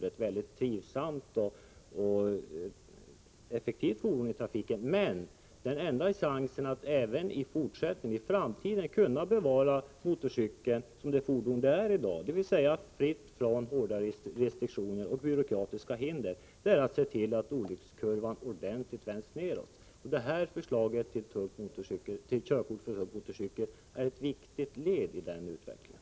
Det är ett mycket trivsamt och effektivt fordon i trafiken. Men den enda chansen att även i framtiden kunna bevara motorcykeln som det fordon det är i dag, dvs. fritt från hårda restriktioner och byråkratiska hinder, är att se till att olyckskurvan ordentligt vänds nedåt. Detta förslag om körkort för tung motorcykel är ett viktigt led i den utvecklingen.